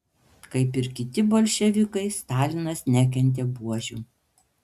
kaip ir kiti bolševikai stalinas nekentė buožių